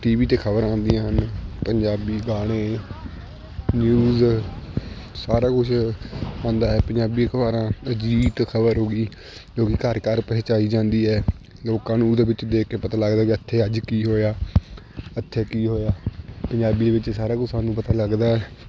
T V 'ਤੇ ਖਬਰ ਆਉਂਦੀਆਂ ਹਨ ਪੰਜਾਬੀ ਗਾਣੇ ਨਿਊਜ਼ ਸਾਰਾ ਕੁਛ ਆਉਂਦਾ ਹੈ ਪੰਜਾਬੀ ਅਖ਼ਬਾਰਾਂ ਅਜੀਤ ਅਖ਼ਬਾਰ ਹੋ ਗਈ ਜੋ ਕਿ ਘਰ ਘਰ ਪਹੁੰਚਾਈ ਜਾਂਦੀ ਹੈ ਲੋਕਾਂ ਨੂੰ ਉਹਦੇ ਵਿੱਚ ਦੇਖ ਕੇ ਪਤਾ ਲੱਗਦਾ ਵੀ ਐਥੇ ਅੱਜ ਕੀ ਹੋਇਆ ਇੱਥੇ ਕੀ ਹੋਇਆ ਪੰਜਾਬੀ ਵਿੱਚ ਸਾਰਾ ਕੁਛ ਸਾਨੂੰ ਪਤਾ ਲੱਗਦਾ